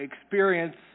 experience